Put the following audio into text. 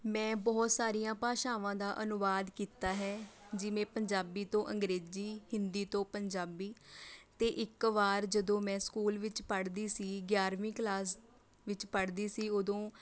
ਮੈਂ ਬਹੁਤ ਸਾਰੀਆਂ ਭਾਸ਼ਾਵਾਂ ਦਾ ਅਨੁਵਾਦ ਕੀਤਾ ਹੈ ਜਿਵੇਂ ਪੰਜਾਬੀ ਤੋਂ ਅੰਗਰੇਜ਼ੀ ਹਿੰਦੀ ਤੋਂ ਪੰਜਾਬੀ ਅਤੇ ਇੱਕ ਵਾਰ ਜਦੋਂ ਮੈਂ ਸਕੂਲ ਵਿੱਚ ਪੜ੍ਹਦੀ ਸੀ ਗਿਆਰਵੀਂ ਕਲਾਸ ਵਿੱਚ ਪੜ੍ਹਦੀ ਸੀ ਉਦੋਂ